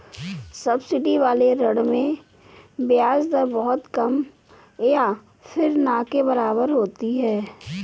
subsidy वाले ऋण में ब्याज दर बहुत कम या फिर ना के बराबर होती है